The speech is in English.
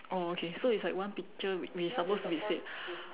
oh okay so it's like one picture we we supposed to be said